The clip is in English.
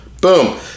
Boom